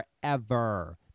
forever